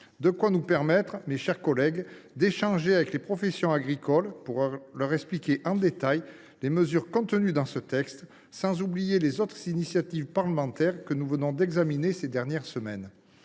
De quoi nous permettre, mes chers collègues, d’échanger avec les professions agricoles pour leur expliquer en détail les mesures contenues dans le texte, sans oublier les autres initiatives parlementaires que nous avons examinées ces dernières semaines.